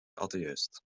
atheïst